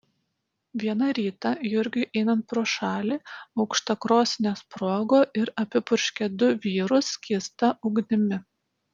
vieną rytą jurgiui einant pro šalį aukštakrosnė sprogo ir apipurškė du vyrus skysta ugnimi